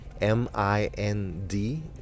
M-I-N-D